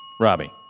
Robbie